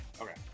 Okay